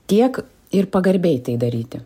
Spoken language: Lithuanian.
tiek ir pagarbiai tai daryti